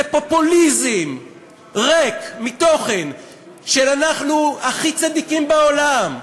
זה פופוליזם ריק מתוכן של "אנחנו הכי צדיקים בעולם",